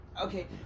Okay